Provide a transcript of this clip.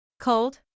Cold